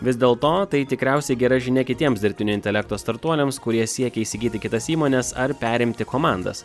vis dėlto tai tikriausiai gera žinia kitiems dirbtinio intelekto startuoliams kurie siekia įsigyti kitas įmones ar perimti komandas